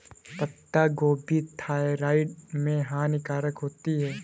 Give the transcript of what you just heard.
पत्ता गोभी थायराइड में हानिकारक होती है